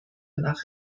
nach